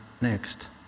next